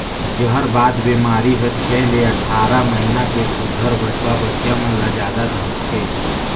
जहरबाद बेमारी हर छै ले अठारह महीना के सुग्घर बछवा बछिया मन ल जादा धरथे